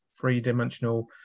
three-dimensional